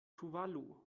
tuvalu